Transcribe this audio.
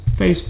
Facebook